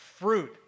fruit